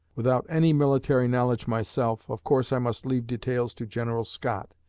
without any military knowledge myself, of course i must leave details to general scott.